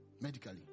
Medically